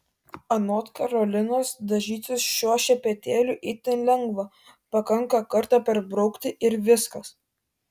anot karolinos dažytis šiuo šepetėliu itin lengva pakanka kartą perbraukti ir viskas